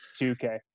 2K